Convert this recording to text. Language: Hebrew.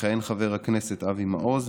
יכהן חבר הכנסת אבי מעוז.